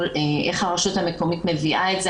איך הרשות המקומית מביאה את זה.